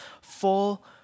full